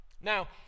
Now